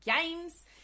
Games